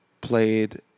played